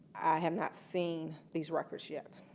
have not seen these records yet.